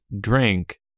drink